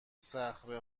صخره